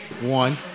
one